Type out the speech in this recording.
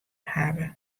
hawwe